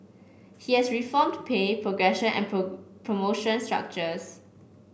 he has reformed pay progression and promotion structures